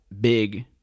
big